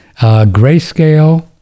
Grayscale